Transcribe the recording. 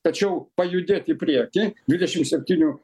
tačiau judėt į priekį dvidešim septynių